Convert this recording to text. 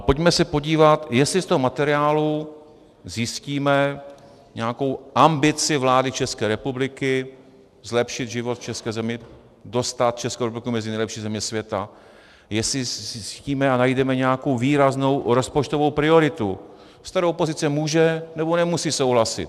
Pojďme se podívat, jestli z toho materiálu zjistíme nějakou ambici vlády České republiky zlepšit život v české zemi, dostat Českou republiku mezi nejlepší země světa, jestli cítíme a najdeme nějakou výraznou rozpočtovou prioritu, se kterou opozice může, anebo nemusí souhlasit.